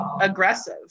aggressive